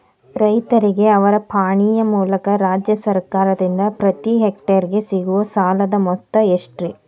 ರೈತರಿಗೆ ಅವರ ಪಾಣಿಯ ಮೂಲಕ ರಾಜ್ಯ ಸರ್ಕಾರದಿಂದ ಪ್ರತಿ ಹೆಕ್ಟರ್ ಗೆ ಸಿಗುವ ಸಾಲದ ಮೊತ್ತ ಎಷ್ಟು ರೇ?